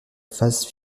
phase